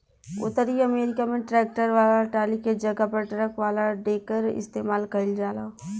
उतरी अमेरिका में ट्रैक्टर वाला टाली के जगह पर ट्रक वाला डेकर इस्तेमाल कईल जाला